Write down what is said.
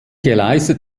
gleise